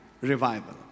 revival